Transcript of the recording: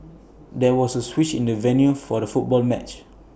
there was A switch in the venue for the football match